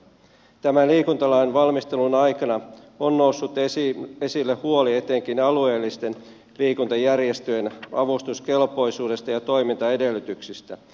tämän liikuntalain valmistelun aikana on noussut esille huoli etenkin alueellisten liikuntajärjestöjen avustuskelpoisuudesta ja toimintaedellytyksistä